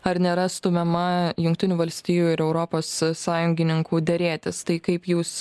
ar nėra stumiama jungtinių valstijų ir europos sąjungininkų derėtis tai kaip jūs